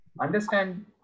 understand